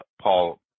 Paul